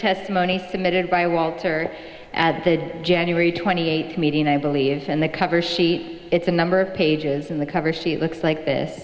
testimony submitted by walter at the january twenty eighth meeting i believe and the cover sheet it's a number of pages in the cover she looks like this